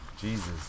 Jesus